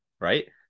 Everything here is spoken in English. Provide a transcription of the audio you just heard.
Right